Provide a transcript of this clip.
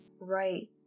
Right